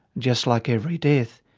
just like every death,